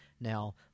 Now